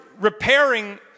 repairing